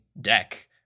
deck